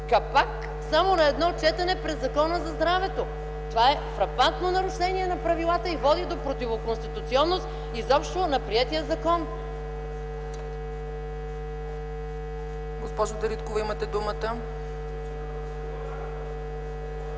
капак – само на едно четене през Закона за здравето! Това е фрапантно нарушение на правилата и води до противоконституционност изобщо на приетия закон! ПРЕДСЕДАТЕЛ ЦЕЦКА ЦАЧЕВА: